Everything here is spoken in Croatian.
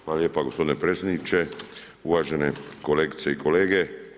Hvala lijepo gospodine predsjedniče, uvažene kolegice i kolege.